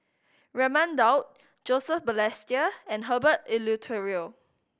Raman Daud Joseph Balestier and Herbert Eleuterio